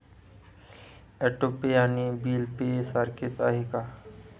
Auto pay आणि bill pay सारखेच आहे का?